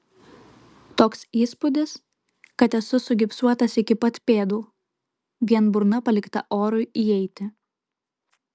toks įspūdis kad esu sugipsuotas iki pat pėdų vien burna palikta orui įeiti